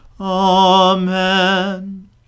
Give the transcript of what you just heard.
Amen